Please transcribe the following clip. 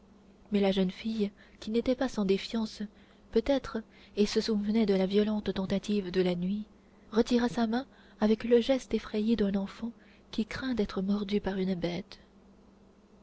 mais la jeune fille qui n'était pas sans défiance peut-être et se souvenait de la violente tentative de la nuit retira sa main avec le geste effrayé d'un enfant qui craint d'être mordu par une bête